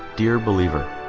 dear believer